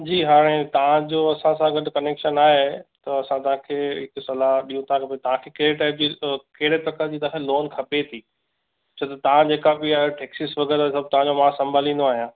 जी हाणे तव्हांजो असां सां गॾु कनेक्शन आहे त असां तव्हांखे हिकु सलाहु ॾियूं था के भई तव्हांखे कहिड़े टाईप जी कहिड़े प्रकार जी तव्हांखे लोन खपे थी छो तव्हां जेका बि आयो टैक्सिस वगै़रह सभु तव्हांजो मां संभालींदो आहियां